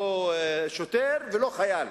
לא שוטר ולא חייל.